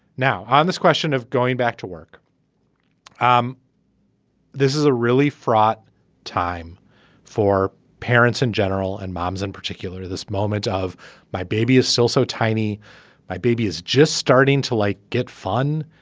now on this question of going back to work um this is a really fraught time for parents in general and moms in particular this moment of my baby is so so tiny my baby is just starting to like get fun.